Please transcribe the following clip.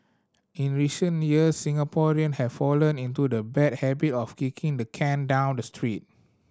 in recent years Singaporean have fallen into the bad habit of kicking the can down the street